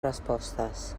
respostes